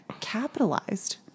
capitalized